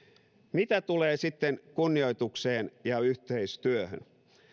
mitä tulee sitten kunnioitukseen ja yhteistyöhön